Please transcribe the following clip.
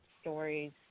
stories